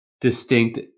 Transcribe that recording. distinct